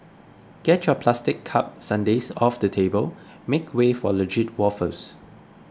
get your plastic cup sundaes off the table make way for legit waffles